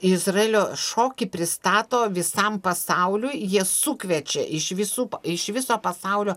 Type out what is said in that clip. izraelio šokį pristato visam pasauliui jie sukviečia iš visų iš viso pasaulio